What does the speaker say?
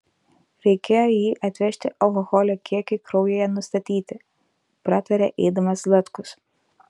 reikėjo jį atvežti alkoholio kiekiui kraujyje nustatyti pratarė eidamas zlatkus